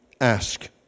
ask